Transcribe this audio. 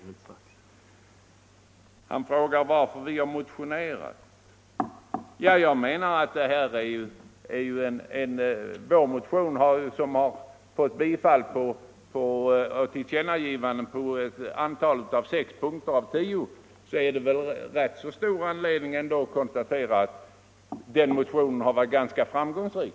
Herr Molin frågade vidare varför vi inom centern har motionerat. Eftersom vår motion har uppnått tillkännagivanden på sex punkter av tio, finns det väl anledning konstatera att den har varit ganska framgångsrik.